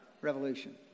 revolution